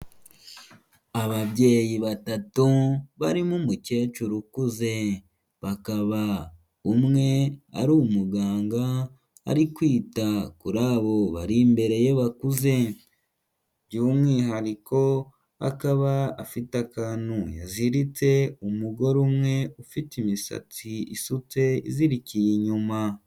Ababyeyi batatu, barimo umukecuru ukuze, bakaba umwe ari umuganga, ari kwita kuri abo bari imbere ye bakuze, by'umwihariko akaba afite akantu yaziritse, umugore umwe ufite imisatsi isutse izirikiye inyuma.